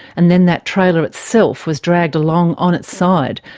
and then that trailer itself was dragged along on its side,